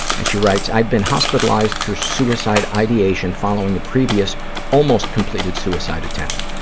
and she writes, i've been hospitalized for suicide ideation following a previous almost-completed suicide attempt.